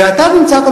ואתה נמצא כאן,